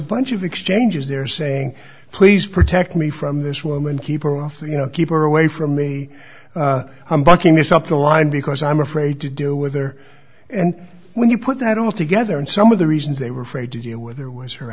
bunch of exchanges there saying please protect me from this woman keep her off you know keep her away from me i'm backing this up the line because i'm afraid to do with her and when you put that all together and some of the reasons they were afraid to deal with her was her